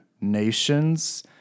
Nations